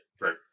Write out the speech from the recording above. Right